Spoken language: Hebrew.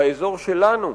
באזור שלנו,